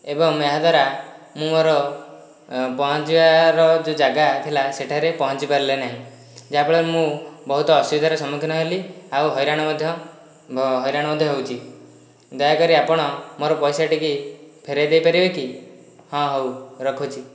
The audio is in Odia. ଏବଂ ଏହା ଦ୍ୱାରା ମୁଁ ମୋର ପହଞ୍ଚିବାର ଯେଉଁ ଜାଗା ଥିଲା ସେଠାରେ ପହଞ୍ଚି ପରିଲି ନାହିଁ ଯାହାଫଳରେ ମୁଁ ବହୁତ ଅସୁବିଧାର ସମ୍ମୁଖୀନ ହେଲି ଆଉ ହଇରାଣ ମଧ୍ୟ ବ ହଇରାଣ ମଧ୍ୟ ହେଉଛି ଦୟାକରି ଆପଣ ମୋର ପଇସା ଟିକି ଫେରେଇ ଦେଇପାରିବେ କି ହଁ ହଉ ରଖୁଛି